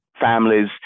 families